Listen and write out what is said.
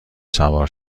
سوار